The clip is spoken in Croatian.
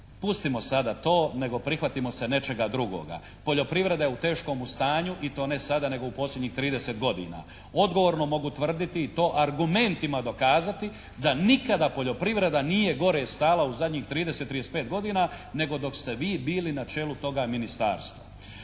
Pustimo sada to nego prihvatimo se nečega drugoga. Poljoprivreda je u teškomu stanju i to ne sada nego u posljednjih trideset godina. Odgovorno mogu tvrditi i to argumentima dokazati da nikada poljoprivreda nije gore stajala u zadnjih 30, 35 godina nego dok ste vi bili na čelu toga Ministarstva.